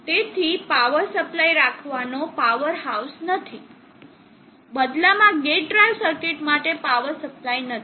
તેથી power supply રાખવા કોઈ પાવર હાઉસ નથી બદલામાં ગેટ ડ્રાઇવ સર્કિટ માટે પાવર સપ્લાય નથી